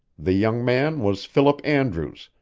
the young man was philip andrews,